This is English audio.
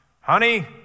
honey